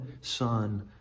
son